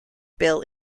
bill